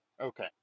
Okay